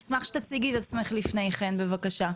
אשמח, אם תציגי את עצמך לפני כן, בבקשה.